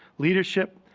leadership,